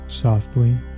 Softly